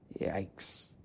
Yikes